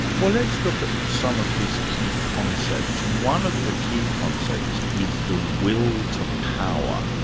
well let's look at some of his key concepts. one of the key concepts is the will to power.